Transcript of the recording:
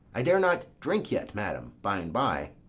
i dare not drink yet, madam by-and-by.